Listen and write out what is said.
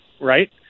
right